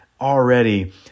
already